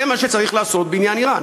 זה מה שצריך לעשות בעניין איראן.